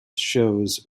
shows